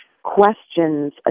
questions